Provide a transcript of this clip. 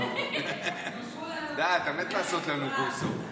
אתה מת לעשות לנו, בוסו.